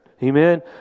Amen